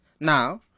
Now